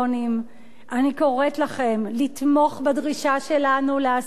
אני קוראת לכם לתמוך בדרישה שלנו להעסקה ישירה.